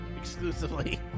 Exclusively